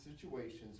situations